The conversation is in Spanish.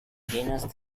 llenas